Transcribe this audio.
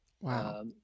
Wow